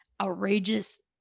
outrageous